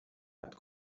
hat